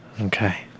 okay